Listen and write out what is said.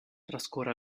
trascorre